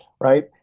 Right